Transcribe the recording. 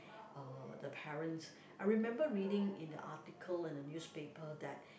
uh the parents I remember reading in the article in the newspaper that